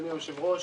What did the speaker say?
אדוני היושב-ראש,